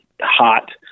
hot